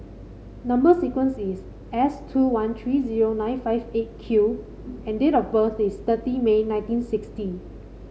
number sequence is S two one three zero nine five Eight Q and date of birth is thirty May nineteen sixty